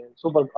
super